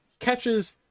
catches